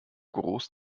groß